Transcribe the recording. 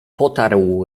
potarł